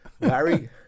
Larry